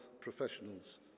professionals